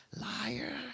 liar